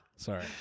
Sorry